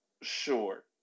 Sure